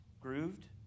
grooved